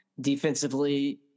Defensively